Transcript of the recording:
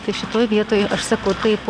tai šitoj vietoje aš sakau taip